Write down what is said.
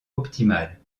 optimale